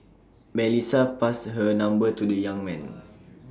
Melissa passed her number to the young man